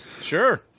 Sure